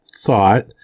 thought